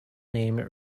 name